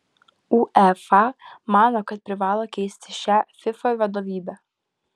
uefa mano kad privalo keisti šią fifa vadovybę